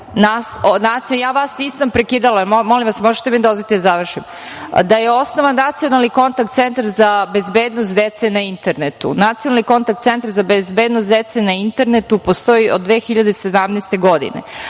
vas nisam prekidala. Molim vas, možete li mi dozvoliti da završim?… da je osnovan Nacionalni kontakt centar za bezbednost dece na internetu. Nacionalni kontakt centar za bezbednost dece na internetu postoji od 2017. godine.